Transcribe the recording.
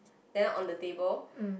then on the table